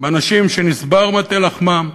באנשים שנשבר מטה לחמם,